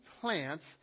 plants